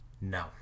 No